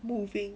moving